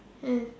can